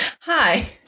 hi